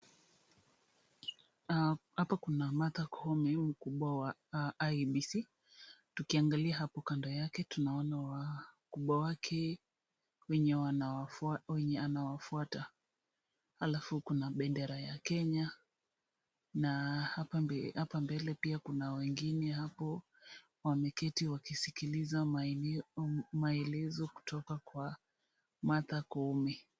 Hapa kuna Martha Koome, mkubwa wa IEBC. Tukiangalia hapo kando yake tunaona wakubwa wake wenye anawafuata, alafu kuna bendera ya Kenya na hapa mbele pia kuna wengine hapo wameketi wakisikiliza maelezo kutoka kwa Martha Koome.